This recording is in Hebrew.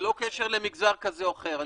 ללא כל קשר למגזר כזה או אחר,